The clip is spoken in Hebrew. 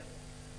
כן.